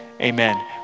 amen